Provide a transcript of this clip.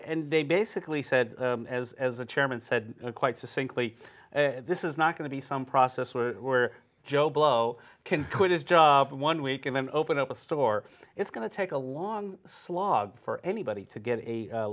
and they basically said as as the chairman said quite simply this is not going to be some process where joe blow can quit his job one week and then open up a store it's going to take a long slog for anybody to get a